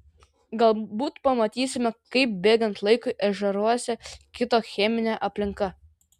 galbūt pamatysime kaip bėgant laikui ežeruose kito cheminė aplinka